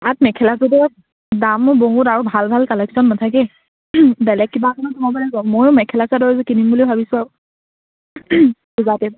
মেখেলা চাদৰ দামবোৰ বহুত আৰু ভাল ভাল কালেকশ্যন নাথাকে বেলেগ ময়ো মেখেলা চাদৰ এযোৰ কিনিম বুলি ভাবিছোঁ আও যাতে